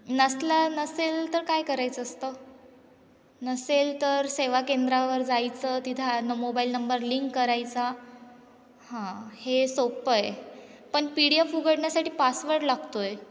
नसला नसेल तर काय करायचं असतं नसेल तर सेवा केंद्रावर जायचं तिथनं मोबाईल नंबर लिंक करायचा हां हे सोपं आहे पण पी डी एफ उघडण्यासाठी पासवर्ड लागतो आहे